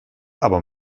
aber